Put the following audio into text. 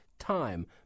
Time